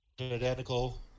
identical